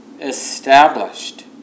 established